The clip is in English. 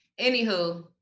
Anywho